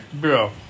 bro